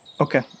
Okay